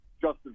Justin